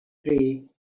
three